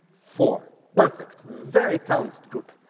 four. perfect! very talented group.